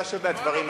לא הנוכחי.